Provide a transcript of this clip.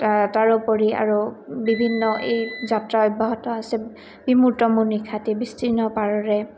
তাৰোপৰি আৰু বিভিন্ন এই যাত্ৰা অব্যাহত আছে বিমূৰ্ত মোৰ নিশাটি বিস্তৃৰ্ণ পাৰৰে